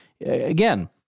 again